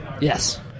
Yes